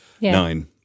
nine